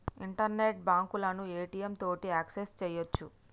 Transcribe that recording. internet బాంకులను ATM తోటి access సెయ్యొచ్చు